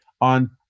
on